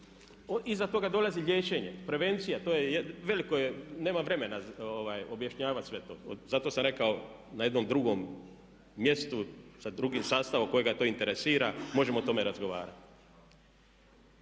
Iza toga dolazi liječenje, prevencija, to je veliko i nemam vremena objašnjavati sve to. Zato sam rekao na jednom drugom mjestu sa drugim sastavom kojega to interesira možemo o tome razgovarati.